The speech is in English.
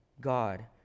God